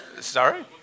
Sorry